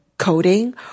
coding